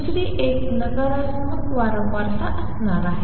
दुसरी एक नकारात्मक वारंवारता असणार आहे